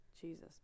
jesus